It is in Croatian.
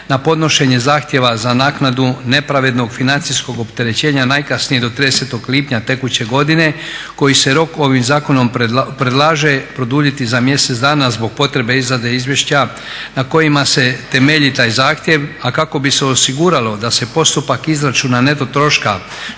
na podnošenje zahtjeva za naknadu nepravednog financijskog opterećenja najkasnije do 30.lipnja tekuće godine koji se rok ovim zakonom predlaže produljiti za mjesec dana zbog potrebe izrade izvješća na kojima se temelji taj zahtjev a kako bi se osiguralo da se postupak izračuna neto troška